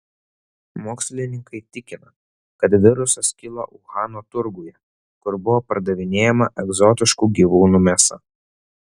mokslininkai tikina kad virusas kilo uhano turguje kur buvo pardavinėjama egzotiškų gyvūnų mėsa